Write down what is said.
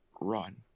run